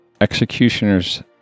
Executioner's